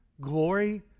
Glory